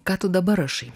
ką tu dabar rašai